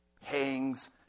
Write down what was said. hangs